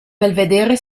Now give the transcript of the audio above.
belvedere